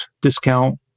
discount